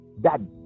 Dad